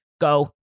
Go